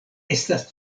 estas